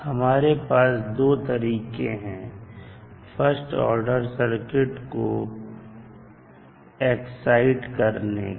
हमारे पास दो तरीके हैं फर्स्ट ऑर्डर सर्किट को उत्तेजित करने के